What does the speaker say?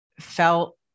felt